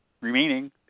remaining